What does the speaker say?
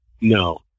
no